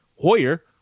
Hoyer